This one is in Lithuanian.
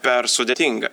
per sudėtinga